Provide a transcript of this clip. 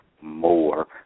more